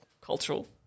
cultural